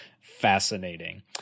fascinating